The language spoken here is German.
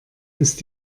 ist